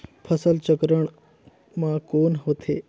फसल चक्रण मा कौन होथे?